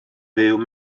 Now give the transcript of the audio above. fyw